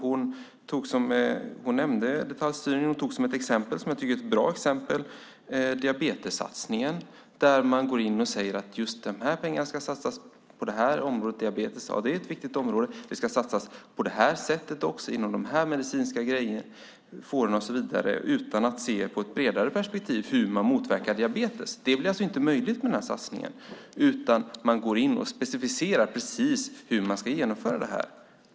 Hon nämnde detaljstyrningen och tog som exempel diabetessatsningen - ett bra exempel, tycker jag. Man går in och säger att just de här pengarna ska satsas på det här området, diabetes. Ja, det är ett viktigt område. Det ska satsas på det här sättet också inom de här medicinska "fårorna" och så vidare - utan att se i ett bredare perspektiv på hur man motverkar diabetes. Det blir alltså inte möjligt med den här satsningen, utan man går in och specificerar precis hur detta ska genomföras.